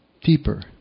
deeper